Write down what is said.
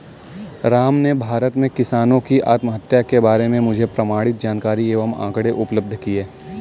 राम ने भारत में किसानों की आत्महत्या के बारे में मुझे प्रमाणित जानकारी एवं आंकड़े उपलब्ध किये